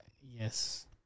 Yes